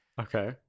Okay